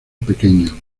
pequeño